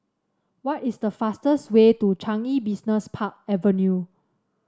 what is the fastest way to Changi Business Park Avenue